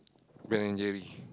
Ben-and-Jerry